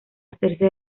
hacerse